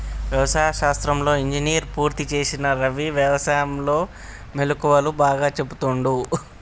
వ్యవసాయ శాస్త్రంలో ఇంజనీర్ పూర్తి చేసిన రవి వ్యసాయం లో మెళుకువలు బాగా చెపుతుండు